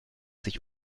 sich